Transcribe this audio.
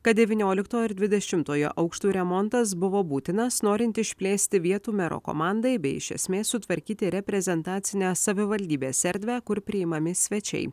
kad devyniolikto ir dvidešimtojo aukštų remontas buvo būtinas norint išplėsti vietų mero komandai bei iš esmės sutvarkyti reprezentacinę savivaldybės erdvę kur priimami svečiai